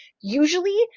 usually